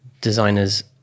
designers